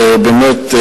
ובאמת,